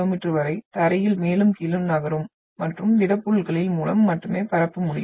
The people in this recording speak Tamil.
மீ வரை தரையில் மேலும் கீழும் நகரும் மற்றும் திடப்பொருட்களின் மூலம் மட்டுமே பரப்ப முடியும்